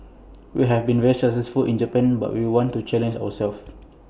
we have been very successful in Japan but we want to challenge ourselves